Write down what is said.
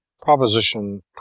Proposition